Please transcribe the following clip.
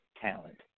talent